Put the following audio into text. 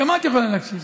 גם את יכולה להקשיב.